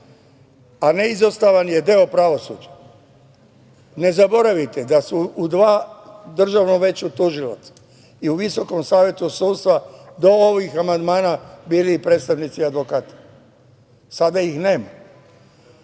a neizostavan je deo pravosuđa. Ne zaboravite da su u Državnom veću tužilaca i u Visokom savetu sudstva do ovih amandmana bili i predstavnici advokata. Sada ih nema.U